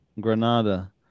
Granada